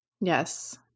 Yes